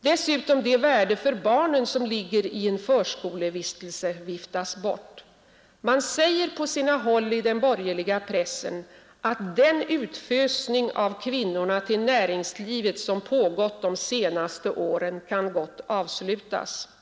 Det värde för barnen som ligger i en förskolevistelse viftas dessutom bort. Man säger på sina håll i den borgerliga pressen ”att den utfösning av kvinnorna till näringslivet som pågått de senaste åren kan gott avslutas”.